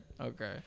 okay